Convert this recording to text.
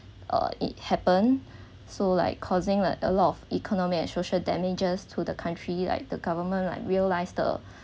uh it happen so like causing like a lot of economic and social damages to the country like the government like realised the